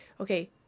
okay